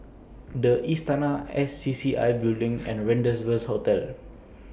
The Istana S C C I Building and Rendezvous Hotel